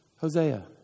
Hosea